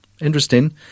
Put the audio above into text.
interesting